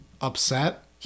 upset